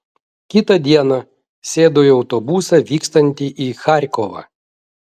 kitą dieną sėdau į autobusą vykstantį į charkovą